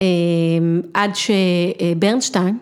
עד שברנשטיין.